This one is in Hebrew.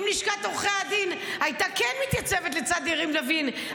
אם לשכת עורכי הדין הייתה כן מתייצבת לצד יריב לוין,